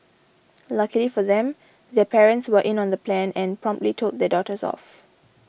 luckily for them their parents were in on the plan and promptly told their daughters off